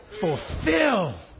Fulfill